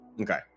Okay